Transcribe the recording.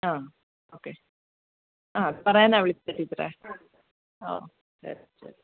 ആ ഓക്കെ ആ പറയാനാണ് വിളിച്ചത് ടീച്ചറേ ആ ശരി ശരി